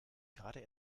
gerade